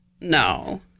No